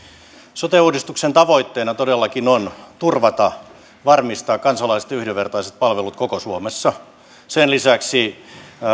sote uudistuksen tavoitteena todellakin on turvata ja varmistaa kansalaisten yhdenvertaiset palvelut koko suomessa ja sen lisäksi